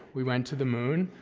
we went to the moon.